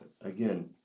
again